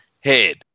head